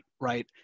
Right